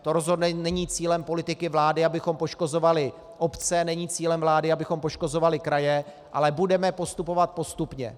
To rozhodně není cílem politiky vlády, abychom poškozovali obce, není cílem vlády, abychom poškozovali kraje, ale budeme postupovat postupně.